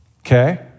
okay